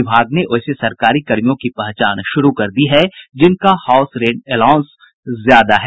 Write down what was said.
विभाग ने वैसे सरकारी कर्मियों की पहचान शुरू कर दी है जिनका हाउस रेंट एलाउंस ज्यादा है